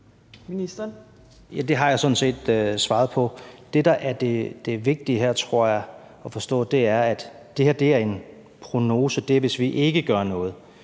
Det har jeg sådan set svaret på. Det, der er det vigtige at forstå her, tror jeg, er, at det her er en prognose for, hvis vi ikke gør noget.